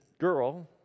girl